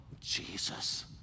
Jesus